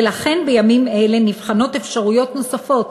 ולכן בימים אלה נבחנות אפשרויות נוספות